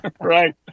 right